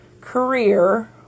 career